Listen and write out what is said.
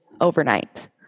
overnight